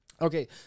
Okay